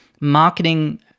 marketing